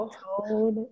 told